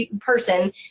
person